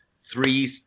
three